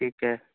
ٹھیک ہے